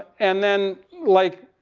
and then like,